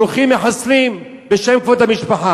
הולכים מחסלים בשם כבוד המשפחה.